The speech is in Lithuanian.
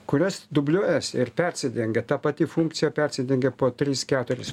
kurios dubliuojasi ir persidengia ta pati funkcija persidengia po tris keturis